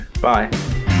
bye